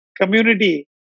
community